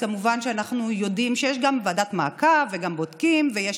כמובן שאנחנו יודעים שיש גם ועדת מעקב וגם בודקים ויש